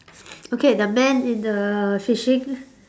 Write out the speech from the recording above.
okay the man in the fishing